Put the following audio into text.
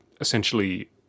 essentially